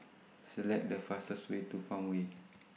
Select The fastest Way to Farmway